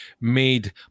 made